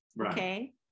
Okay